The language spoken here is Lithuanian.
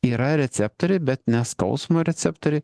yra receptoriai bet ne skausmo receptoriai